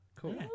Cool